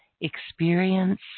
experience